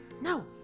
No